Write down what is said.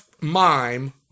mime